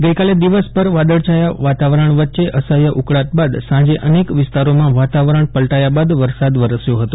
ગઈકાલે દિવસભર વાદળછાયા વાતાવરણ વચ્ચે અસહ્ય ઉકળાટ બાદ સાંજે અનેક વિસ્તારોમાં વાતાવરણ પલટાયા બાદ વરસાદ વરસ્યો ફતો